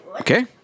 Okay